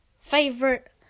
favorite